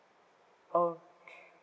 okay